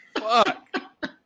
Fuck